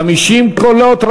50 קולות,